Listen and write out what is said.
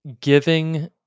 giving